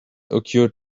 occurred